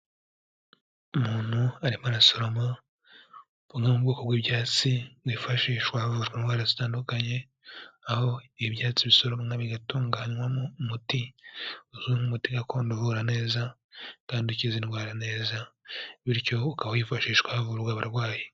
Umuntu arimo arasoroma bumwe mu bwoko bw'ibyatsi byifashishwa havurwa indwara zitandukanye, aho ibyatsi bisoromwa bigatunganwamo umuti uzwi nk'umuti gakondo uvura neza kandi ukiza indwara neza, bityo ukaba wifashishwa havurwa abarwayi.